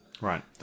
Right